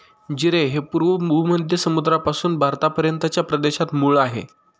जीरे हे पूर्व भूमध्य समुद्रापासून भारतापर्यंतच्या प्रदेशात मूळ आहे